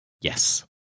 yes